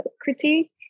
critique